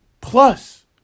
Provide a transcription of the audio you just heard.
plus